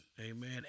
amen